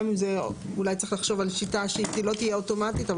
אולי צריך לחשוב על שיטה שלא תהיה אוטומטית,